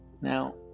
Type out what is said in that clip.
Now